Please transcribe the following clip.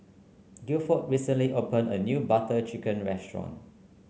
Gilford recently opened a new Butter Chicken restaurant